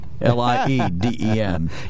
L-I-E-D-E-N